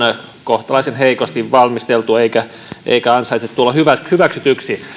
kohtalaisen heikosti valmisteltu eikä ansaitse tulla hyväksytyksi